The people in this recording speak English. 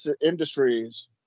industries